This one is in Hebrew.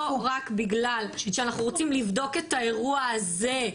לא רק בגלל שאנחנו רוצים לבדוק את האירוע הזה,